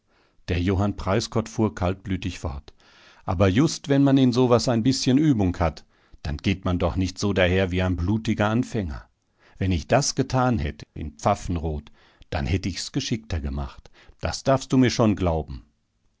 der johann preisgott fuhr kaltblütig fort aber just wenn man in so was ein bißchen übung hat dann geht man doch nicht so daher wie ein blutiger anfänger wenn ich das getan hätt in pfaffenrod dann hätt ich's geschickter gemacht das darfst du mir schon glauben